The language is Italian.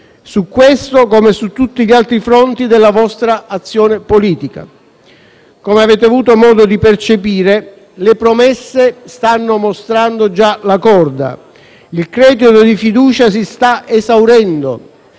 su questo come su tutti gli altri fronti della vostra azione politica. Come avete avuto modo di percepire, le promesse stanno mostrando già la corda: il credito di fiducia si sta esaurendo;